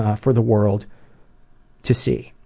ah for the world to see.